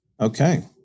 okay